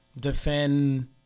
defend